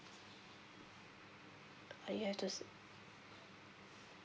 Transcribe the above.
uh you have to say